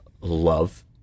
love